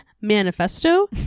manifesto